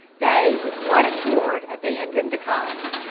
they with one accord abandoned the colony,